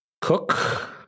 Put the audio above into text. cook